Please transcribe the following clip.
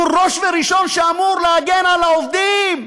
מול ראש וראשון שאמור להגן על העובדים,